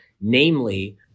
namely